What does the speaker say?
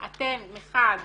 אתם מחד